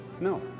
No